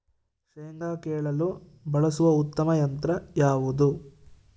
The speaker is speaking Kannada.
ಶೇಂಗಾ ಕೇಳಲು ಬಳಸುವ ಉತ್ತಮ ಯಂತ್ರ ಯಾವುದು?